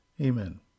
Amen